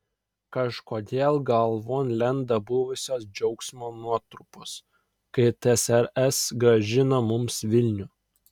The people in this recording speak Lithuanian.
kažkodėl galvon lenda buvusios džiaugsmo nuotrupos kai tsrs grąžino mums vilnių